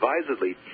advisedly